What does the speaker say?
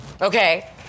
Okay